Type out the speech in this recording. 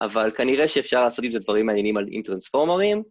אבל כנראה שאפשר לעשות עם זה דברים מעניינים על עם טרנספורמרים.